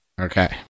Okay